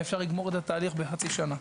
אפשר לגמור את התהליך בחצי שנה.